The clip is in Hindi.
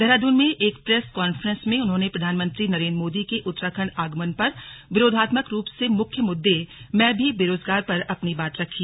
देहरादून में एक प्रेस कॉन्फ्रेंस में उन्होंने प्रधानमंत्री नरेन्द्र मोदी के उत्तराखण्ड आगमन पर विरोधात्मक रूप से मुख्य मुद्दे मैं भी बेरोजगार पर अपनी बात रखी